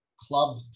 club